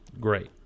Great